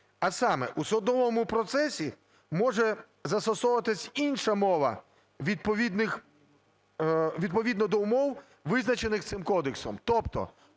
а саме: "У судовому процесі може застосовуватися інша мова, відповідно до умов, визначених цим кодексом".